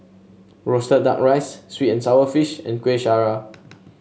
roasted duck rice sweet and sour fish and Kueh Syara